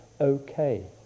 okay